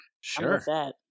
sure